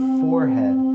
forehead